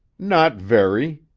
not very.